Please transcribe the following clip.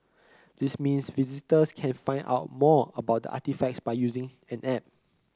this means visitors can find out more about the artefacts by using an app